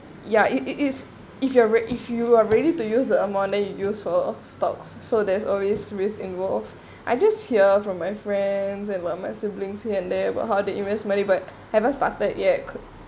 ya it it is if you're rea~ if you are ready to use the amount then you use for stocks so there's always risks involved I just hear from my friends and my my siblings here and there but how the investment but haven't started yet